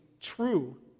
true